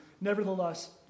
Nevertheless